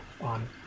on